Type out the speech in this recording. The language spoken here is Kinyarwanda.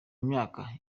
imyaka